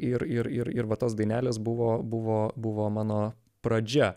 ir ir ir ir va tos dainelės buvo buvo buvo mano pradžia